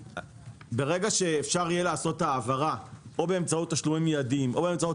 ברגע שאפשר יהיה לעשות העברה באמצעות תשלומים מידיים או באמצעות